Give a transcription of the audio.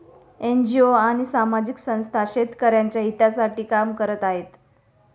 NGO आणि सामाजिक संस्था शेतकऱ्यांच्या हितासाठी काम करत आहेत